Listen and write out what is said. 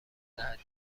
دهد